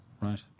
Right